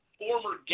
former